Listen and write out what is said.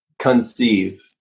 conceive